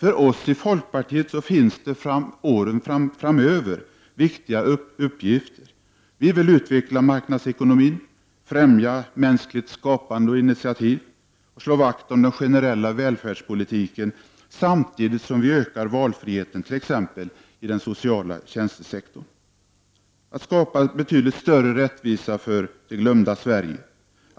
Vi i folkpartiet menar att det under åren framöver finns viktiga uppgifter när det gäller att utveckla marknadsekonomin, främja mänskligt skapande och initiativtagande och att slå vakt om den generella välfärdspolitiken. Men samtidigt måste vi öka valfriheten, t.ex. inom den sociala tjänstesektorn. Det handlar alltså om att skapa betydligt större rättvisa beträffande det glömda Sverige.